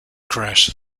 crash